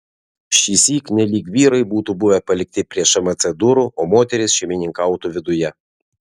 šįsyk nelyg vyrai būtų buvę palikti prie šmc durų o moterys šeimininkautų viduje